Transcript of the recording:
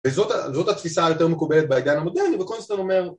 וזאת התפיסה היותר מקובלת בעידן המודרני, וקונסטר אומר